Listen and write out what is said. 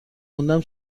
موندم